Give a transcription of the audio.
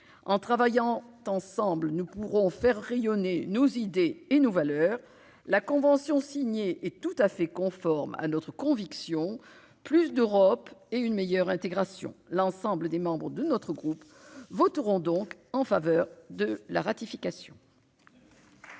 en travaillant ensemble, nous pourrons faire rayonner nos idées et nos valeurs, la convention signée et tout à fait conforme à notre conviction plus d'Europe et une meilleure intégration l'ensemble des membres de notre groupe voteront donc en faveur de la ratification.